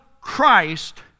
Christ